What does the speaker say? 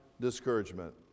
discouragement